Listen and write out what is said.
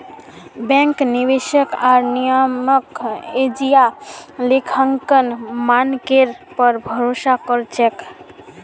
bank, निवेशक आर नियामक एजेंसियां लेखांकन मानकेर पर भरोसा कर छेक